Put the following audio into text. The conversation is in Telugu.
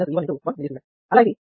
కాబట్టి Ix × 1 Millisiemens